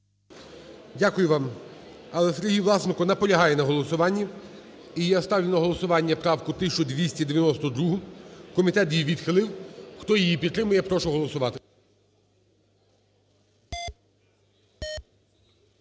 Дякую вам. Але Сергій Власенко наполягає на голосуванні. І я ставлю на голосування правку 1292. Комітет її відхилив. Хто її підтримує, прошу голосувати.